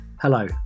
Hello